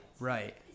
Right